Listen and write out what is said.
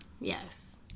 Yes